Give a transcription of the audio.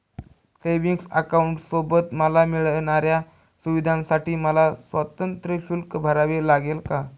Savings अकाउंटसोबत मला मिळणाऱ्या सुविधांसाठी मला स्वतंत्र शुल्क भरावे लागेल का?